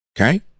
okay